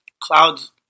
Clouds